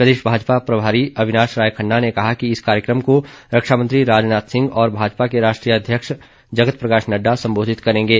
प्रदेश भाजपा प्रभारी अविनाश राय खन्ना ने कहा कि इस कार्यक्रम को रक्षा मंत्री राजनाथ सिंह और भाजपा के राष्ट्रीय अध्यक्ष जगत प्रकाश नड्डा संबोधित करेंगे